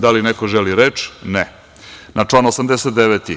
Da li neko želi reč? (Ne.) Na član 89.